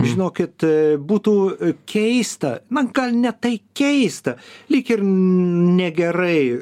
žinokit būtų keista man gal ne tai keista lyg ir negerai